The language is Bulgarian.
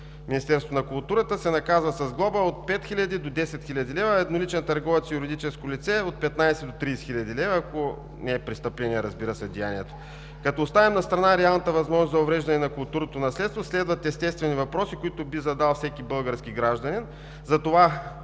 Министерството на културата, се наказва с глоба в размер от 5 хил. лв. до 10 хил. лв., а за едноличен търговец и юридическо лице – от 15 хил. лв. до 30 хил. лв., ако деянието не е престъпление, разбира се, деянието. Като оставим настрана реалната възможност за увреждане на културното наследство, следват естествени въпроси, които би задал всеки български гражданин. Затова